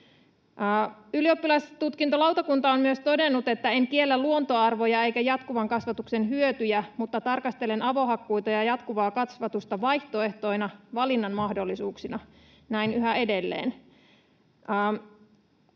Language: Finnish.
Ylioppilastutkintolautakunta on myös todennut, että en kiellä luontoarvoja enkä jatkuvan kasvatuksen hyötyjä mutta tarkastelen avohakkuita ja jatkuvaa kasvatusta ”vaihtoehtoina, valinnanmahdollisuuksina”. Näin yhä edelleen.